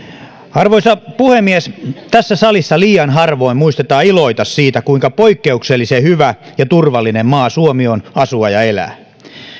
arvoisa puhemies tässä salissa liian harvoin muistetaan iloita siitä kuinka poikkeuksellisen hyvä ja turvallinen maa suomi on asua ja elää